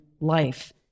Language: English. life